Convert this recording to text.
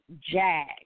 jag